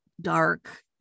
dark